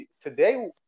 today